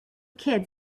kids